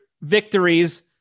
victories